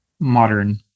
Modern